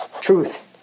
truth